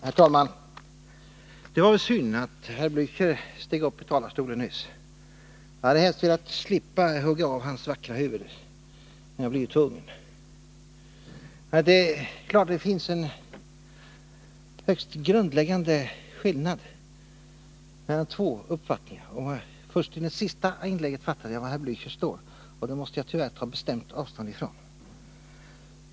Herr talman! Det var synd att herr Blächer steg upp i talarstolen nyss. Jag hade helst velat slippa att hugga av hans vackra huvud, men jag blir tvungen. Det är klart att det här finns en grundläggande skillnad mellan två uppfattningar, men först av herr Blächers senaste inlägg fattade jag var han står, och jag måste bestämt ta avstånd från hans uppfattning.